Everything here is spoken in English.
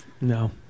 No